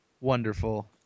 wonderful